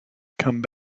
come